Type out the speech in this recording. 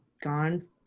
gone